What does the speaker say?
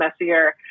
messier